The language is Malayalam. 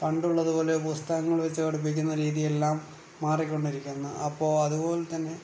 പണ്ടുള്ളതു പോലെ പുസ്തകങ്ങള് വച്ച് പഠിപ്പിക്കുന്ന രീതിയെല്ലാം മാറി കൊണ്ടിരിക്കുന്നു അപ്പോൾ അതുപോലെ തന്നെ